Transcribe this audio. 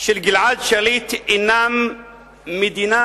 של גלעד שליט אינם מדינה,